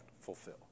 fulfill